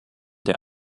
der